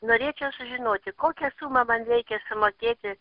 norėčiau sužinoti kokią sumą man reikia sumokėti